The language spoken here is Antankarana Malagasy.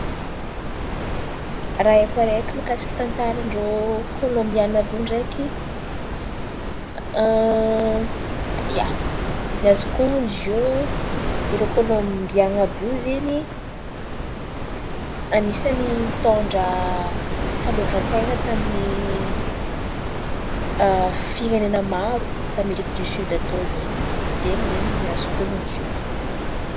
Raha haiko araiky mikasiky tantaran-drô Kôlômbiana àby iô ndraiky. Ia, ny aoko honon̈o ziô irô Kôlômbiana àby iô zen̈y anisan̈y mitôndra fahaleovanten̈a tamin'ny firenena maro tamin'i Afrika diosioda tao zen̈y ny azoko honon̈o ziô.